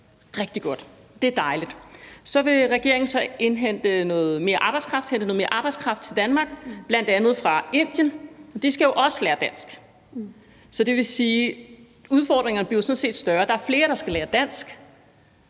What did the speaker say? rigtig godt. Det er dejligt. Og så vil regeringen hente noget mere arbejdskraft til Danmark, bl.a. fra Indien. De skal jo også lære dansk. Så det vil sige, at udfordringerne sådan set bliver større. Der er flere, der skal lære dansk.